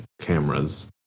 cameras